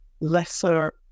lesser